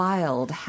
Wild